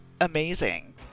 amazing